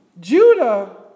Judah